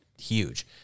huge